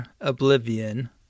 Oblivion